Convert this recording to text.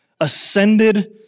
ascended